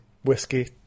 Whiskey